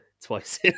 twice